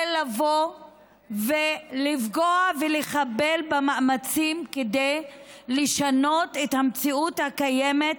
לבוא ולפגוע ולחבל במאמצים כדי לשנות את המציאות הקיימת,